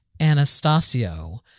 Anastasio